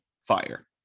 fire